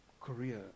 Korea